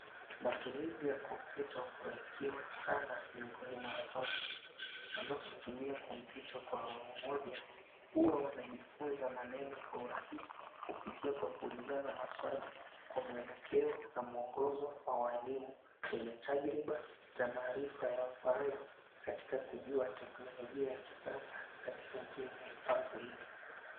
Matumizi ya kompyuta hufurahikiwa sana miongoni mwa watoto. Wanapotumia kompyuta kwa awamu moja huwa wanajifunza maneno kwa urahisi kupitia kwa kuulizana maswali kwa mwelekeo na mwongozo wa mwalimu wenye tajriba na maarifa yafaayo katika kujua teknolojia ya kisasa katika njia inayofaa zaidi.